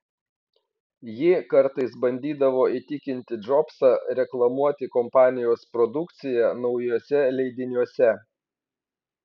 ji kartais bandydavo įtikinti džobsą reklamuoti kompanijos produkciją naujuose leidiniuose